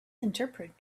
interpret